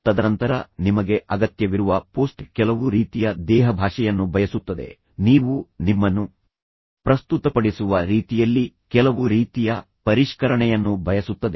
ತದನಂತರ ನಿಮಗೆ ಅಗತ್ಯವಿರುವ ಪೋಸ್ಟ್ ಕೆಲವು ರೀತಿಯ ದೇಹಭಾಷೆಯನ್ನು ಬಯಸುತ್ತದೆ ನೀವು ನಿಮ್ಮನ್ನು ಪ್ರಸ್ತುತಪಡಿಸುವ ರೀತಿಯಲ್ಲಿ ಕೆಲವು ರೀತಿಯ ಪರಿಷ್ಕರಣೆಯನ್ನು ಬಯಸುತ್ತದೆ